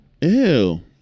Ew